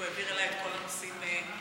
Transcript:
שהוא העביר אליי את כל הנושאים היותר-קשים.